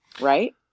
right